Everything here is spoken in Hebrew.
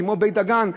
כמו בית-דגן,